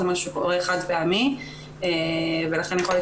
זה משהו שקורה חד פעמי ולכן יכול להיות